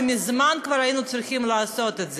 ומזמן כבר היו צריכים לעשות את זה.